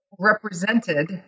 represented